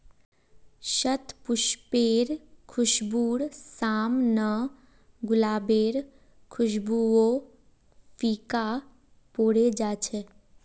शतपुष्पेर खुशबूर साम न गुलाबेर खुशबूओ फीका पोरे जा छ